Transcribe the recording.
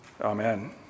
Amen